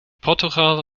portugal